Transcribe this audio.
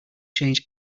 change